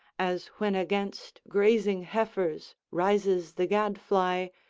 as when against grazing heifers rises the gadfly,